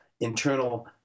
internal